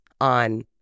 on